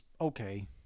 okay